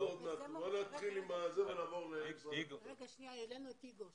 העלינו את איגור.